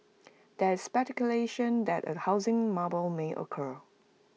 there is speculation that A housing bubble may occur